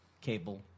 cable